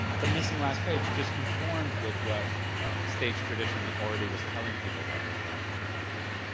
the missing last page just conformed with what stage tradition already was telling people about the play at that time.